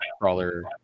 Crawler